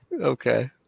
Okay